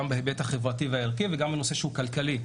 קודם כל בהיבט החברתי והערכי וגם בנושא הכלכלי.